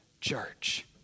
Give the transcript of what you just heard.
church